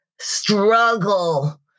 struggle